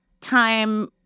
time